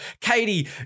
Katie